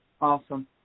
Awesome